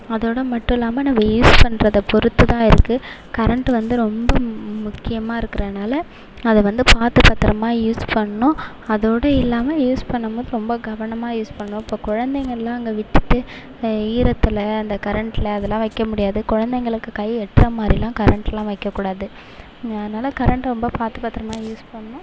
அதோடு மட்டும் இல்லாமல் நம்ம யூஸ் பண்றதை பொறுத்து தான் இருக்குது கரெண்ட் வந்து ரொம்ப முக்கியமாக இருக்குறதுனால அதை வந்து பார்த்து பத்திரமா யூஸ் பண்ணணும் அதோடு இல்லாமல் யூஸ் பண்ணும் போது ரொம்ப கவனமாக யூஸ் பண்ணணும் இப்போ குழந்தைங்கல்லாம் அங்கே விட்டுட்டு ஈரத்தில் அந்த கரெண்ட்டில் அதெல்லாம் வைக்க முடியாது குழந்தைங்களுக்கு கை எட்டுற மாதிரிலா கரெண்ட்லாம் வைக்க கூடாது அதனால் கரெண்ட்டை ரொம்ப பார்த்து பத்திரமா யூஸ் பண்ணணும்